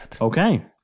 okay